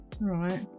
right